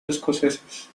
escoceses